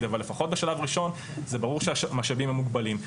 אבל לפחות בשלב ראשון זה ברור שהמשאבים הם מוגבלים.